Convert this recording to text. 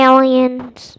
Aliens